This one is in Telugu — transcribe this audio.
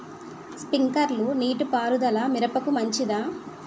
స్ప్రింక్లర్ నీటిపారుదల మిరపకు మంచిదా?